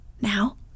Now